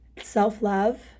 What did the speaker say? self-love